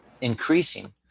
increasing